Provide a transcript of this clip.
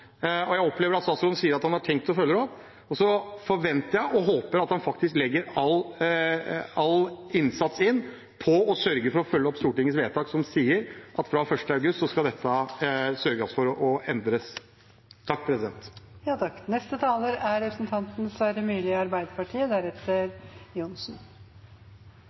Jeg opplever at statsråden har tenkt å følge det opp, og så forventer og håper jeg at han legger all innsats i å følge opp Stortingets vedtak, som sier at fra 1. august skal dette